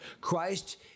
Christ